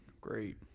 great